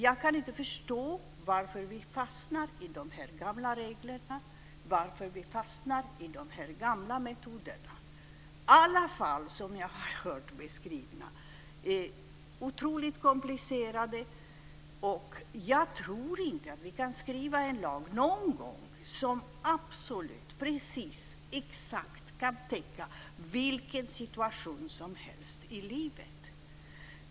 Jag kan inte förstås varför vi fastnat i de här gamla reglerna, varför vi fastnat i de här gamla metoderna. Alla fall som jag har hört beskrivna är otroligt komplicerade, och jag tror inte att vi någon gång kan skriva en lag som absolut, precis och exakt kan täcka vilken situation som helst i livet.